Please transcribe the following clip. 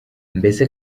mbese